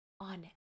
on